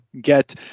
get